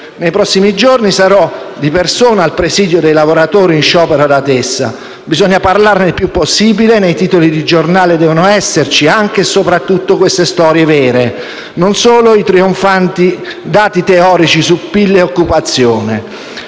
Nei prossimi giorni sarò di persona al presidio dei lavoratori in sciopero ad Atessa. Bisogna parlarne il più possibile e nei titoli di giornale devono esserci anche e soprattutto queste storie vere e non solo i trionfanti dati teorici su PIL e occupazione.